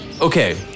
okay